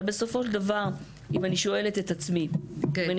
אבל בסופו של דבר אם אני שואלת את עצמי ואני